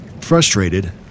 Frustrated